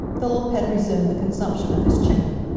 philip had resumed the consumption of his chicken.